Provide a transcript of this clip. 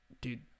Dude